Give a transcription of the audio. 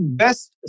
best